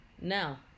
Now